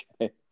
okay